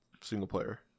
single-player